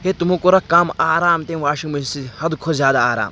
ہے تِمو کوٚرا کَم آرام تٔمۍ واشنٛگ مِشیٖن سۭتۍ حَدٕ کھۄتہٕ زیادٕ آرام